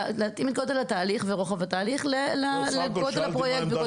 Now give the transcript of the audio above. התהליך ורוחב התהליך לגודל הפרויקט --- לא.